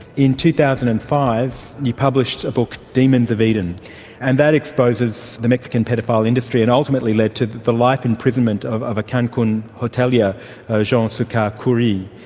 in two thousand and five you published a book demons of eden and that exposes the mexican paedophile industry and ultimately led to the life imprisonment of of a cancun hotelier jean succar kuri.